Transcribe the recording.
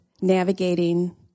navigating